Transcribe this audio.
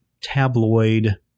tabloid